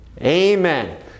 Amen